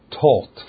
taught